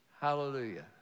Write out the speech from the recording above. Hallelujah